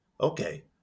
Okay